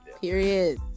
Period